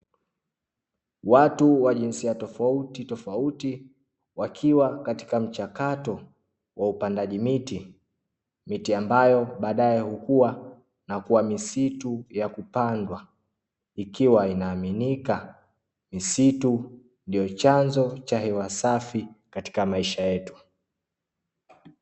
Watu wa jinsi tofauti tofauti wakiwa katika mchakato wa upandaji miti. Miti ambayo baadae hukuwa na kuwa misitu ya kupandwa, ikiwa inaaaminika misitu ndio chanzo cha hewa safi katika maisha yetu.